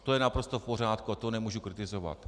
To je naprosto v pořádku a to nemůžu kritizovat.